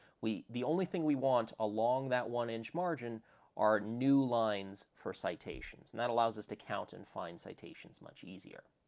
the only thing we want along that one-inch margin are new lines for citations, and that allows us to count and find citations much easier.